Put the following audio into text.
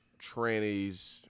trannies